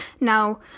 Now